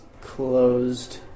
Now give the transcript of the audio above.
closed